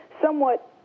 somewhat